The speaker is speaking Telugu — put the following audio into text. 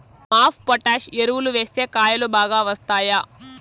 మాప్ పొటాష్ ఎరువులు వేస్తే కాయలు బాగా వస్తాయా?